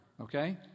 Okay